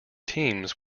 teams